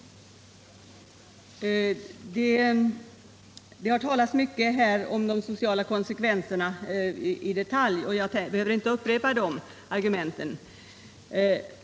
Det har talats här i detalj om de sociala konsekvenserna, och jag behöver inte upprepa de argumenten.